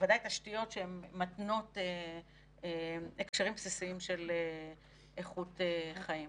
בוודאי תשתיות שהן מתנות הקשרים בסיסיים של איכות חיים.